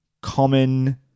common